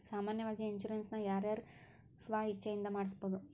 ಸಾಮಾನ್ಯಾವಾಗಿ ಇನ್ಸುರೆನ್ಸ್ ನ ಯಾರ್ ಯಾರ್ ಸ್ವ ಇಛ್ಛೆಇಂದಾ ಮಾಡ್ಸಬೊದು?